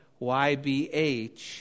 YBH